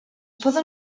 poden